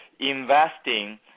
Investing